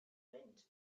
wind